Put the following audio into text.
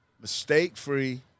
mistake-free